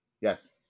Yes